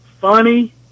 funny